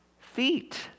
feet